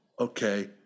okay